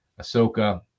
Ahsoka